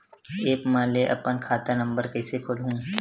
App म ले अपन खाता नम्बर कइसे खोलहु?